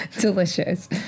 delicious